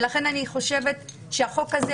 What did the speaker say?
אני חושבת שהחוק הזה